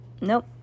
Nope